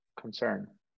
concern